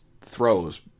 throws